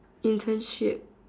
internship